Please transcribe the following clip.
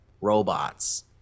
robots